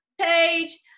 page